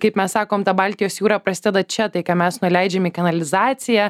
kaip mes sakom ta baltijos jūra prasideda čia tai ką mes nuleidžiam į kanalizaciją